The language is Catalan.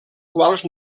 quals